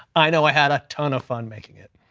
i know i had a ton of fun making it.